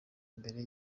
mbere